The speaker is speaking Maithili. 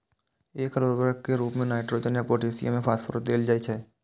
एकल उर्वरक के रूप मे नाइट्रोजन या पोटेशियम या फास्फोरस देल जाइ छै